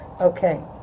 Okay